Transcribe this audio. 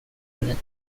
tennant